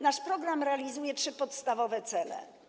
Nasz program realizuje trzy podstawowe cele.